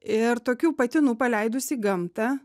ir tokių patinų paleidus į gamtą